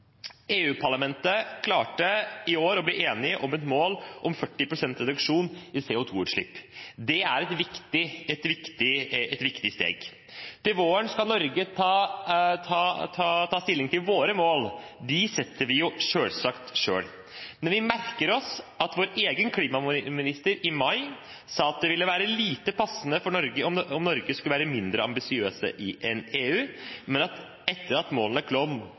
klarte i år å bli enig om et mål om 40 pst. reduksjon i CO2-utslipp. Det er et viktig steg. Til våren skal vi i Norge ta stilling til våre mål. De setter vi selvsagt selv, men vi merker oss at vår egen klimaminister i mai sa at det ville være lite passende for Norge om vi skulle være mindre ambisiøse enn EU, men at statsråden, etter at målene